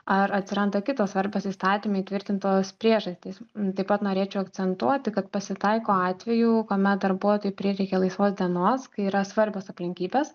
ar atsiranda kitos svarbios įstatyme įtvirtintos priežastys taip pat norėčiau akcentuoti kad pasitaiko atvejų kuomet darbuotojui prireikia laisvos dienos kai yra svarbios aplinkybės